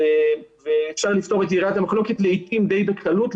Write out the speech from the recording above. ואפשר לפתור את נקודת המחלוקת לעתים די בקלות.